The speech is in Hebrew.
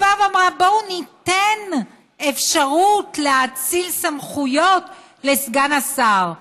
היא באה ואמרה: בואו ניתן אפשרות להאציל סמכויות לסגן השר.